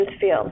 field